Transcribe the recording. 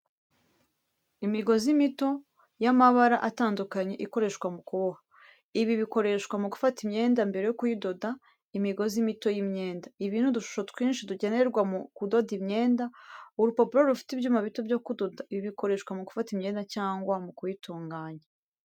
Imigozi mito y’amabara atandukanye ikoreshwa mu kuboha, ibi bikoreshwa mu gufata imyenda mbere yo kuyidoda. Imigozi mito y’imyenda. Ibi ni udushusho twinshi dukenerwa mu kudoda imyenda. Urupapuro rufite ibyuma bito byo kudoda, ibi bikoreshwa mu gufata imyenda cyangwa mu kuyitunganya.